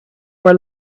were